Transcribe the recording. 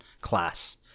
class